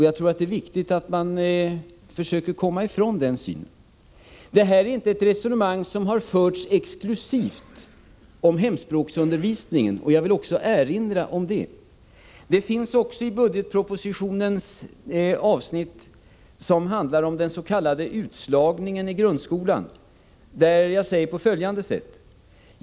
Jag tror att det är viktigt att man försöker komma ifrån detta synsätt. Det här är inte ett resonemang som har förts exklusivt om hemspråksundervisningen -— jag vill erinra även om det. Det finns också med i budgetpropositionens avsnitt som handlar om den s.k. utslagningen i grundskolan, där jag skriver följande.